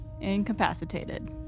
Incapacitated